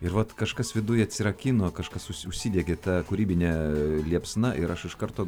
ir vat kažkas viduje atsirakino kažkas užsidegė ta kūrybinė liepsna ir aš iš karto